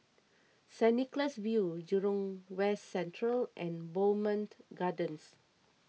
Saint Nicholas View Jurong West Central and Bowmont Gardens